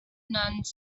nuns